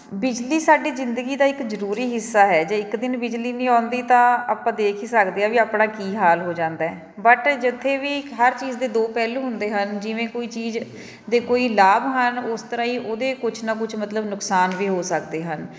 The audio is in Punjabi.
ਬਿਜਲੀ ਸਾਡੀ ਜ਼ਿੰਦਗੀ ਦਾ ਇੱਕ ਜ਼ਰੂਰੀ ਹਿੱਸਾ ਹੈ ਜੇ ਇੱਕ ਦਿਨ ਬਿਜਲੀ ਨਹੀਂ ਆਉਂਦੀ ਤਾਂ ਆਪਾਂ ਦੇਖ ਹੀ ਸਕਦੇ ਹਾਂ ਵੀ ਆਪਣਾ ਕੀ ਹਾਲ ਹੋ ਜਾਂਦਾ ਬਟ ਜਿੱਥੇ ਵੀ ਹਰ ਚੀਜ਼ ਦੇ ਦੋ ਪਹਿਲੂ ਹੁੰਦੇ ਹਨ ਜਿਵੇਂ ਕੋਈ ਚੀਜ਼ ਦੇ ਕੋਈ ਲਾਭ ਹਨ ਉਸ ਤਰ੍ਹਾਂ ਹੀ ਉਹਦੇ ਕੁਛ ਨਾ ਕੁਛ ਮਤਲਬ ਨੁਕਸਾਨ ਵੀ ਹੋ ਸਕਦੇ ਹਨ